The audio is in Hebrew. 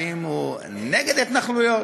האם הוא נגד ההתנחלויות?